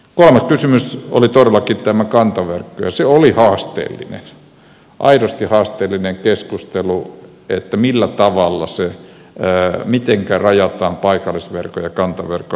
kolmas kysymys oli todellakin tämä kantaverkko ja se oli haasteellinen aidosti haasteellinen keskustelu että millä tavalla se jää mitenkä rajataan paikallisverkon ja kantaverkon määrittely